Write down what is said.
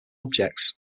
objects